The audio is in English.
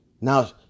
Now